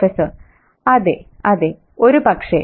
prof അതെ അതെ ഒരുപക്ഷേ